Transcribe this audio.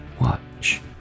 Watch